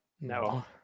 no